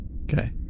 Okay